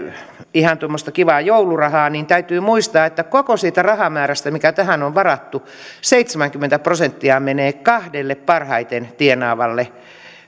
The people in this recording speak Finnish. ihan tuommoista kivaa joulurahaa niin täytyy muistaa että koko siitä rahamäärästä mikä tähän on varattu seitsemänkymmentä prosenttia menee kahdelle parhaiten tienaavalle